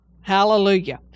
Hallelujah